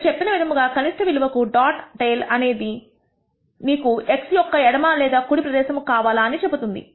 నేను చెప్పిన విధముగా కనిష్ట విలువ డాట్ టెయిల్ అనేది నీకుx యొక్క ఎడమ లేదా కుడి ప్రదేశము కావాలా అని చెబుతుంది